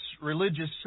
religious